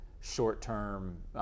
short-term